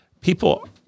people